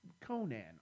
Conan